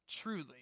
Truly